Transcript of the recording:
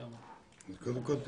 קודם כל,